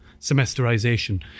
semesterization